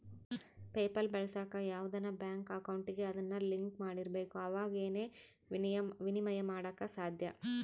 PayPal ಬಳಸಾಕ ಯಾವ್ದನ bank ಅಕೌಂಟಿಗೆ ಅದುನ್ನ ಲಿಂಕ್ ಮಾಡಿರ್ಬಕು ಅವಾಗೆ ಃನ ವಿನಿಮಯ ಮಾಡಾಕ ಸಾದ್ಯ